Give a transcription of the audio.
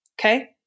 okay